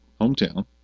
hometown